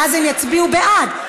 ואז הם יצביעו בעד.